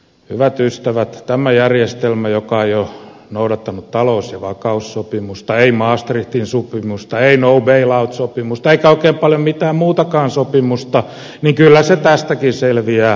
hyvät ystävät tämä järjestelmä joka ei ole noudattanut talous ja vakaussopimusta ei maastrichtin sopimusta ei no bail out sopimusta eikä oikein paljon mitään muutakaan sopimusta kyllä tästäkin selviää